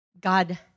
God